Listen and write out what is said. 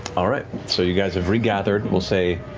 all right. so you guys have regathered, we'll say